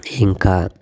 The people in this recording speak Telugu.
ఇంకా